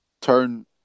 turn –